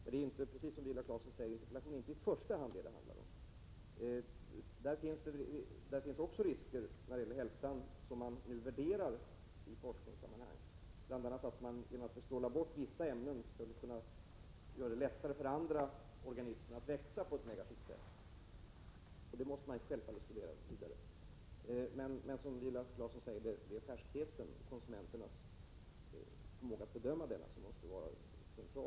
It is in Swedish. Men det är inte detta interpellationen i första hand handlar om. Det finns hälsorisker som nu värderas i forskningssammanhang. Om man bl.a. bestrålar bort vissa ämnen, kan detta göra det lättare för andra organismer att växa på ett negativt sätt. Detta måste man självfallet studera mera ingående. Men som Viola Claesson sade måste den centrala: konsumentpolitiska frågan vara att konsumenten skall kunna bedöma om en vara är färsk eller inte.